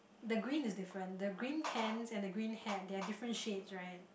the green is different the green pants and the green hat they are different shades right